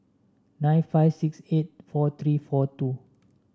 nine five six eight four three four two